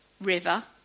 river